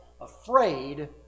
afraid